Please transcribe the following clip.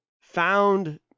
found